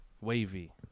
Wavy